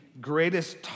greatest